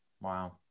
Wow